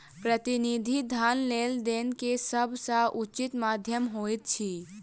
प्रतिनिधि धन लेन देन के सभ सॅ उचित माध्यम होइत अछि